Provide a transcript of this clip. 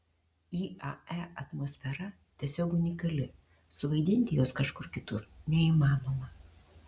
iae atmosfera tiesiog unikali suvaidinti jos kažkur kitur neįmanoma